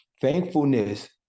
Thankfulness